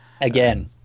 Again